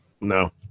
No